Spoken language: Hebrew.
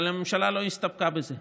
אבל הממשלה לא הסתפקה בזה,